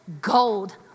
gold